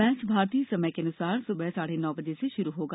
match भारतीय समयानुसार सुबह साढ़े नौ बजे से शुरू होगा